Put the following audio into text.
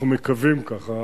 אנחנו מקווים כך.